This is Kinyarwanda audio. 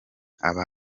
aba